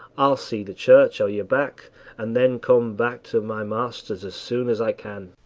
i'll see the church o' your back and then come back to my master's as soon as i can.